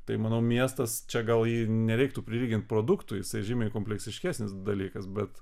tai manau miestas čia gal jį nereiktų prailginti produktui jisai žymiai kompleksiškesnis dalykas bet